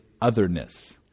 otherness